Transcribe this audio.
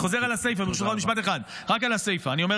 אני חוזר על הסיפא, רק משפט אחד, רק על הסיפא.